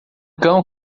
cão